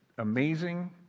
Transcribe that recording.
Amazing